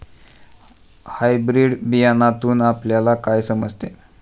Hybrid बियाण्यातून आपल्याला काय समजते?